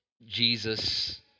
Jesus